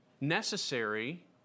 necessary